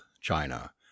china